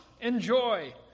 enjoy